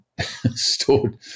stored